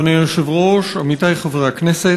אדוני היושב-ראש, תודה לך, עמיתי חברי הכנסת,